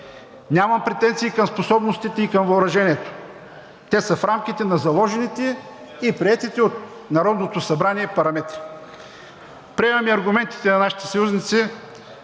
Нямам претенции към способностите и към въоръжението, те са в рамките на заложените и приетите от Народното събрание параметри. Приемам и аргументите на нашите съюзници